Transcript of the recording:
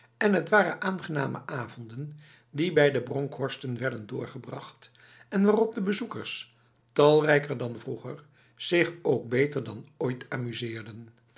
en het waren aangename avonden die bij de bronkhorsten werden doorgebracht en waarop de bezoekers talrijker dan vroeger zich ook beter dan ooit amuseerden